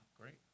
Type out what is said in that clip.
great